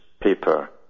paper